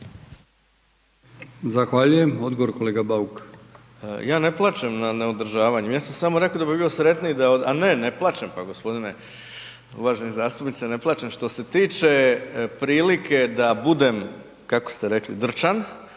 Zahvaljujem. Odgovor kolega Bauk. **Bauk, Arsen (SDP)** Ja ne plačem nad neodržavanjem, ja sam samo rekao da bih bio sretniji, a ne ne plačem, pa gospodine uvaženi zastupniče ne plačem. Što se tiče prilike da budem kako ste rekli drčan,